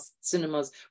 cinemas